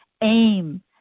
aim